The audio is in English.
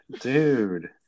dude